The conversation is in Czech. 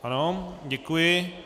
Ano, děkuji.